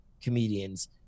comedians